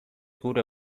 gure